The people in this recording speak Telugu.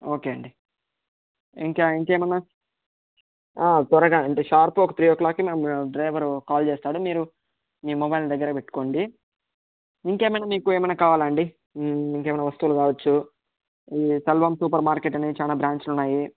ఓకే అండి ఇంకా ఇంకేమైనా ఓ త్వరగా షార్ప్ ఒక త్రీ ఓ క్లాక్కి మే డ్రైవరు కాల్ చేస్తారు మీరు మీ మొబైల్ దగ్గర పెట్టుకోండి ఇంకేమైనా మీకు ఇంకేమైనా కావాలా అండి ఇంకేమైనా వస్తువులు కావచ్చు సెల్వం సూపర్ మార్కెట్ అనేవి చాలా బ్రాంచ్లు ఉన్నాయి